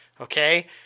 okay